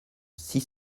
six